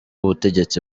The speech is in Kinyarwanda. ubutegetsi